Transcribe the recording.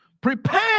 prepare